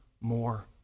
more